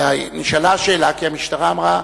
נשאלה שאלה, כי המשטרה אמרה: